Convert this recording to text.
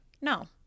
No